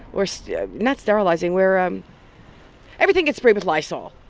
we're so yeah not sterilizing. we're um everything gets sprayed with lysol.